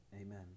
Amen